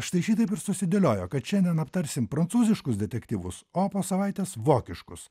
štai šitaip ir susidėliojo kad šiandien aptarsim prancūziškus detektyvus o po savaitės vokiškus